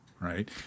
right